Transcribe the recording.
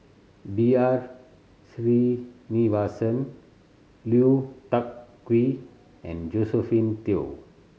B R Sreenivasan Lui Tuck Yew and Josephine Teo